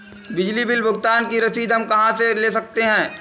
बिजली बिल भुगतान की रसीद हम कहां से ले सकते हैं?